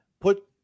put